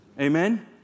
Amen